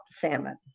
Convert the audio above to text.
famine